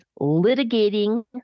litigating